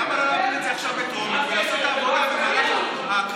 למה לא להעביר את זה עכשיו בטרומית ולעשות את העבודה במהלך הקריאות?